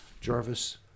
Jarvis